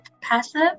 passive